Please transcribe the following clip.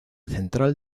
central